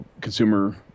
consumer